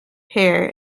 hare